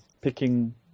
picking